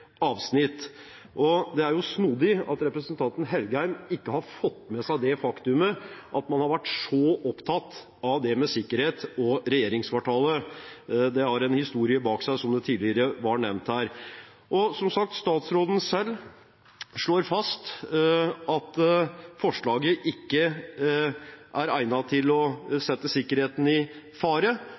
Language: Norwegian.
avsnitt. Det er snodig at representanten Engen-Helgheim ikke har fått med seg det faktum at man har vært så opptatt av sikkerhet i forbindelse med regjeringskvartalet – det har en historie bak seg, som tidligere nevnt her. Som sagt slår statsråden selv fast at forslaget ikke vil sette sikkerheten i fare.